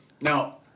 Now